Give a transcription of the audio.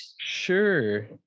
Sure